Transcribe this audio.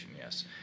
yes